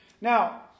Now